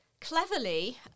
cleverly